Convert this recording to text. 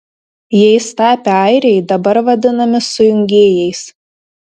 jais tapę airiai dabar vadinami sujungėjais